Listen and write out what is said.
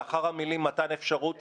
לאחר המילים: "מתן אפשרות",